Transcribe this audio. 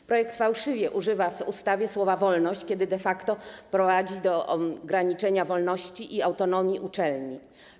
W projekcie fałszywie używa się słowa „wolność”, kiedy de facto prowadzi to do ograniczenia wolności i autonomii uczelni.